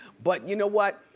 but you know what,